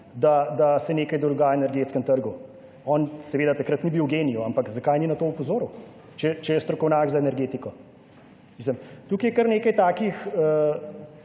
da se nekaj dogaja energetskem trgu. On seveda takrat ni bil Gen-I, ampak zakaj ni na to opozoril, če je strokovnjak za energetiko? Mislim, tukaj je kar nekaj takih,